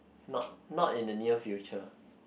not not in the near future